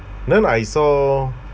then I saw